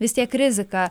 vis tiek riziką